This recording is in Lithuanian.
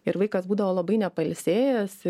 ir vaikas būdavo labai nepailsėjęs